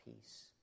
peace